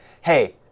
Hey